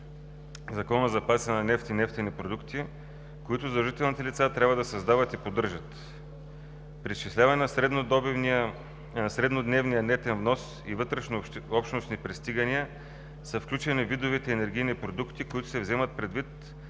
Закона за запасите от нефт и нефтопродукти, които задължените лица трябва да създават и поддържат. При изчисляване на среднодневния нетен внос и вътрешно-общностни пристигания са включени видовете енергийни продукти, които се вземат предвид